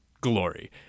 glory